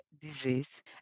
disease